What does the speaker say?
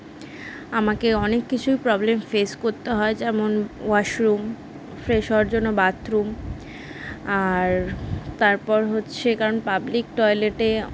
আমাকে অনেক কিছুই প্রবলেম ফেস করতে হয় যেমন ওয়াশরুম ফ্রেশ হওয়ার জন্য বাথরুম আর তারপর হচ্ছে কারণ পাবলিক টয়লেটে